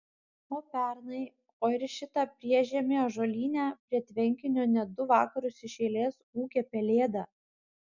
o pernai o ir šitą priešžiemį ąžuolyne prie tvenkinio net du vakarus iš eilės ūkė pelėda